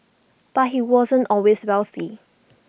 but he wasn't always wealthy